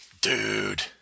dude